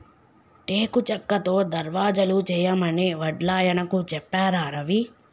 టేకు చెక్కతో దర్వాజలు చేయమని వడ్లాయనకు చెప్పారా రవి